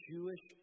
Jewish